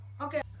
Okay